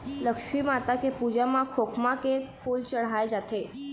लक्छमी माता के पूजा म खोखमा के फूल चड़हाय जाथे